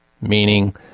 meaning